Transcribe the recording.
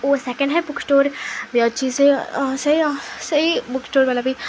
ଓ second hand book store ବି ଅଛି ସେ ସେଇ ସେଇ ବୁକ୍ ଷ୍ଟୋର ଵାଲା ବି